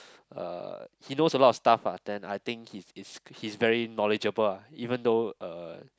uh he knows a lot of stuff ah then I think he's he's he's very knowledgeable ah even though uh